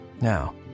now